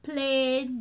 plain